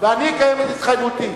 אני אקיים את התחייבותי.